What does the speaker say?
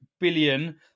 billion